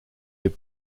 les